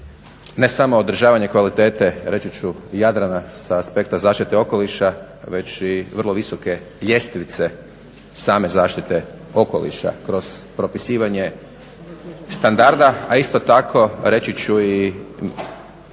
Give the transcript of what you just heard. ne samo održavanje kvalitete reći ću Jadrana sa aspekta zaštite okoliša već i vrlo visoke ljestvice same zaštite okoliša kroz propisivanje standarda, a isto tako reći ću i